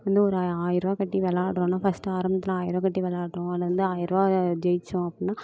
இன்னும் ஒரு ஆயர்ருபா கட்டி விளையாடுறோன்னா ஃபர்ஸ்ட்டு ஆரம்பத்தில் ஆயர்ருபா கட்டி விளையாடுறோம் அதில் இருந்தது ஆயர்ருபா ஜெயித்தோம் அப்படினா